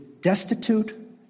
destitute